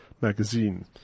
magazine